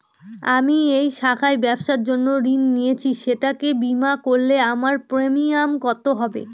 আমি এই শাখায় ব্যবসার জন্য ঋণ নিয়েছি সেটাকে বিমা করলে আমার প্রিমিয়াম কত হবে?